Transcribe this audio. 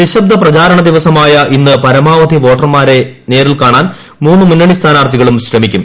നിശബ്ദ പ്രചാരണ ദിവസമായ ഇന്ന് പരമാവധി വോട്ടർമാരെ നേരിൽ കാണാൻ മൂന്നു മുന്നണി സ്ഥാനാർത്ഥികളും ശ്രമിക്കും